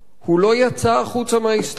הוא לא יצא החוצה מההיסטוריה,